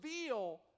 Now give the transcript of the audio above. reveal